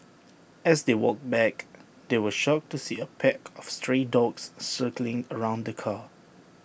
as they walked back they were shocked to see A pack of stray dogs circling around the car